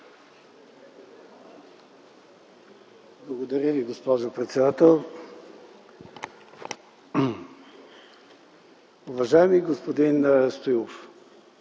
Благодаря Ви, госпожо председател. Уважаеми господин Стоилов,